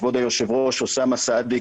כבוד היושב ראש אוסאמה סעדי,